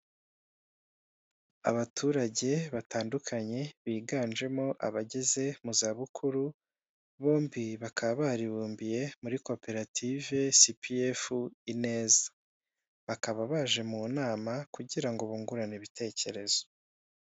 Abaturage batandukanye biganjemo abageze mu zabukuru, bombi bakaba baribumbiye muri koperative CPF ineza, bakaba baje mu nama kugira ngo bungurane ibitekerezo.